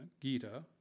Gita